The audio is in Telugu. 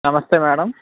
నమస్తే మ్యాడమ్